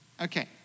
Okay